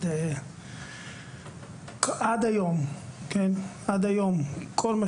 עד היום, כל אלה